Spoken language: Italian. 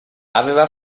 aveva